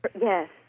Yes